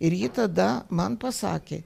ir ji tada man pasakė